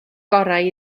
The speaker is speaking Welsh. gorau